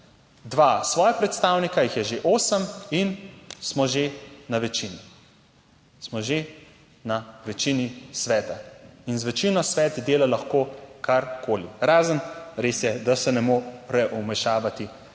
dva svoja predstavnika, jih je že osem in smo že na večini. Smo že na večini sveta in z večino svet dela lahko karkoli, razen res je, da se ne more vmešavati v